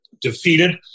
defeated